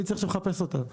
אני צריך לחפש אותה עכשיו.